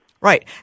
Right